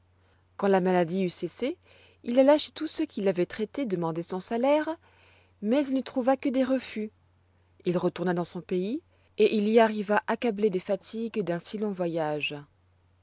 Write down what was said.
quand la maladie eut cessé il alla chez tous ceux qu'il avoit traités demander son salaire mais il ne trouva que des refus il retourna dans son pays et il y arriva accablé des fatigues d'un si long voyage